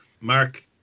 Mark